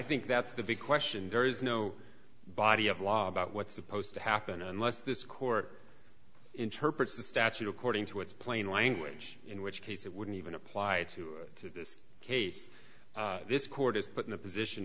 think that's the big question there is no body of law about what's supposed to happen unless this court interprets the statute according to its plain language in which case it wouldn't even applied to this case this court is put in a position